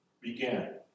began